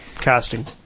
casting